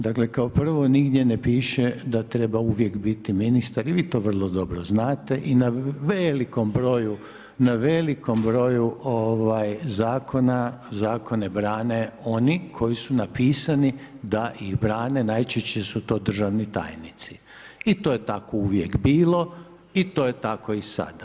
Dakle, kao prvo nigdje ne piše da treba uvijek biti ministar i vi to vrlo dobro znate i na velikom broju Zakona, Zakone brane oni koji su napisani da ih brane, najčešće su to državni tajnici i to je tako uvijek bilo i to je tako i sada.